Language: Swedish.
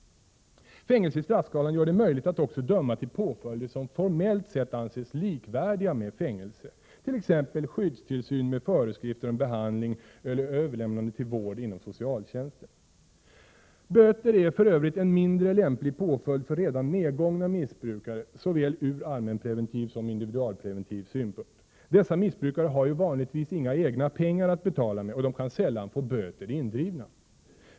Fängelse i straffskalan gör det möjligt att också döma till påföljder som formellt sett anses likvärdiga med fängelse, t.ex. skyddstillsyn med särskilda föreskrifter om behandling eller överlämnande till vård inom socialtjänsten. Böter är för övrigt en mindre lämplig påföljd för redan nedgångna missbrukare, såväl ur allmänpreventiv som ur individualpreventiv synpunkt. Dessa missbrukare har ju vanligtvis inga egna pengar att betala med, och de kan sällan få böter indrivna.